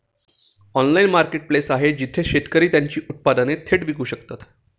Online marketplace आहे जिथे शेतकरी त्यांची उत्पादने थेट विकू शकतात?